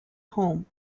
home